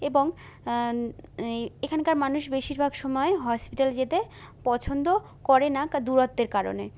এবং এই এখানকার মানুষ বেশিরভাগ সময় হসপিটালে যেতে পছন্দ করে না দূরত্বের কারণে